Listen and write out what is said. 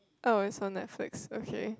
oh it's on Netflix okay